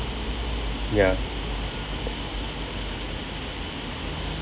ya